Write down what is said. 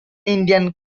indian